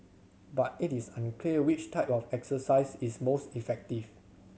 but it is unclear which type of exercise is most effective